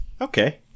Okay